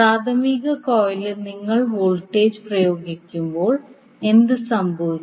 പ്രാഥമിക കോയിലിൽ നിങ്ങൾ വോൾട്ടേജ് പ്രയോഗിക്കുമ്പോൾ എന്ത് സംഭവിക്കും